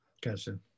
Gotcha